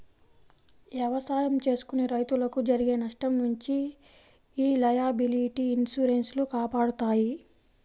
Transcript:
ఎవసాయం చేసుకునే రైతులకు జరిగే నష్టం నుంచి యీ లయబిలిటీ ఇన్సూరెన్స్ లు కాపాడతాయి